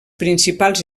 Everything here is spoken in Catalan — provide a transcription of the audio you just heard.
principals